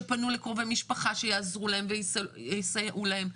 שפנו לקרובי משפחה שיעזרו להם ויסייעו להם,